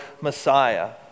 Messiah